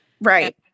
Right